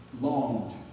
longed